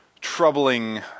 troubling